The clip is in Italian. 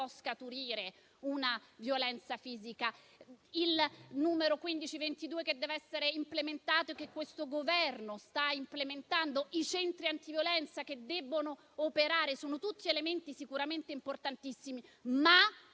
scaturire la violenza fisica. Il numero 1522, che deve essere implementato - e questo Governo lo sta facendo - i centri antiviolenza, che debbono operare, sono tutti elementi sicuramente importantissimi. Ma